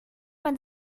man